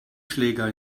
schläger